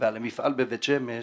ועל המפעל בבית שמש